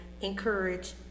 encourage